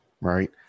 right